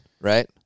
right